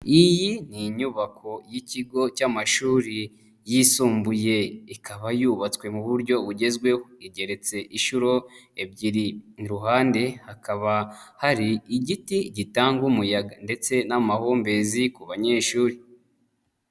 Iyi ni inyubako y'ikigo cy'amashuri yisumbuye. Ikaba yubatswe mu buryo bugezweho. Igeretse inshuro ebyiri. Iruhande hakaba hari igiti gitanga umuyaga ndetse n'amahumbezi ku banyeshuri.